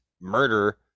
murder